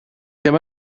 ddim